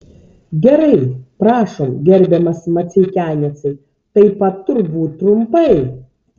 gerai prašom gerbiamas maceikianecai taip pat turbūt trumpai